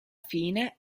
fine